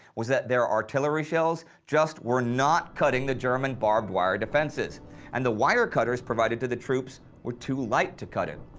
was that their artillery shells just were not cutting the german barbed wire defenses and the wire cutters provided to the troops were too light to cut it.